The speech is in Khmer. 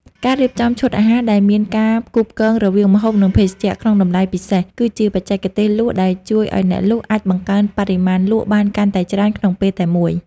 ការរៀបចំឈុតអាហារដែលមានការផ្គូរផ្គងរវាងម្ហូប និងភេសជ្ជៈក្នុងតម្លៃពិសេស គឺជាបច្ចេកទេសលក់ដែលជួយឱ្យអ្នកលក់អាចបង្កើនបរិមាណលក់បានកាន់តែច្រើនក្នុងពេលតែមួយ។